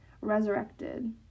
resurrected